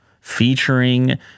featuring